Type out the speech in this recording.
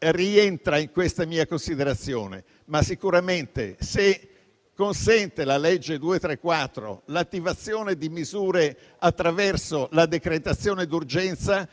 rientra in questa mia considerazione. Ma sicuramente, se la legge n. 234 consente l'attivazione di misure attraverso la decretazione d'urgenza,